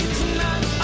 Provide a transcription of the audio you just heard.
tonight